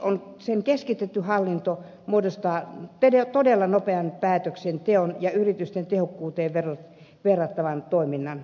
greenpeacen keskitetty hallinto muodostaa todella nopean päätöksenteon ja yritysten tehokkuuteen verrattavan toiminnan